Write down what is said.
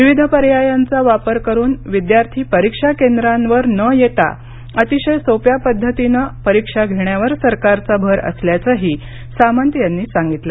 विविध पर्यायांचा वापर करुन विद्यार्थी परीक्षा केंद्रांवर न येता अतिशय सोप्या पध्दतीने परिक्षा घेण्यावर सरकारचा भर असल्याचंही सामंत यांनी सांगितलं